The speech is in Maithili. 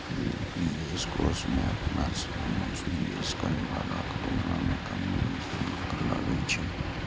निवेश कोष मे अपना सं निवेश करै बलाक तुलना मे कम निवेश शुल्क लागै छै